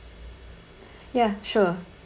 ya sure